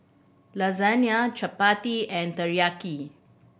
Lasagne Chapati and Teriyaki